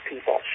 people